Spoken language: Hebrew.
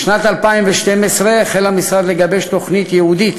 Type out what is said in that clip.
בשנת 2012 החל המשרד לגבש תוכנית ייעודית